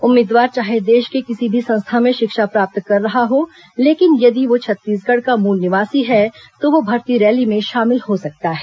उम्मीदवार चाहे देश के किसी भी संस्था में शिक्षा प्राप्त कर रहा हो लेकिन यदि वह छत्तीसगढ़ का मूल निवासी है तो वह भर्ती रैली में शामिल हो सकता है